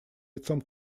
лицом